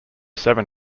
seven